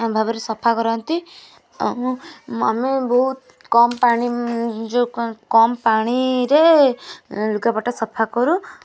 ଭାବରେ ସଫା କରନ୍ତି ଆଉ ମୁଁ ଆମେ ବହୁତ କମ୍ ପାଣି ଯେଉଁ କମ୍ ପାଣିରେ ଲୁଗାପଟା ସଫା କରୁ